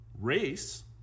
race